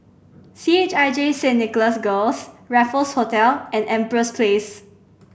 C H I J Saint Nicholas Girls Raffles Hotel and Empress Place